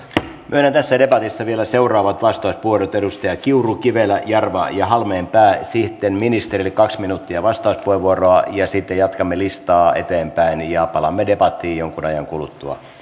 myönnän tässä debatissa vielä seuraavat vastauspuheenvuorot edustajat kiuru kivelä jarva ja halmeenpää sitten ministerille kaksi minuuttia vastauspuheenvuoroa ja sitten jatkamme listaa eteenpäin ja palaamme debattiin jonkun ajan kuluttua